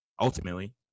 Ultimately